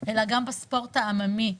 אלא גם בספורט העממי.